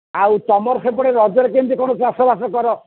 ଆଉ ତୁମର ସେପଟେ ରଜରେ କେମିତି କ'ଣ ଚାଷବାସ କର